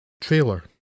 trailer